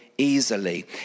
easily